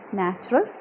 natural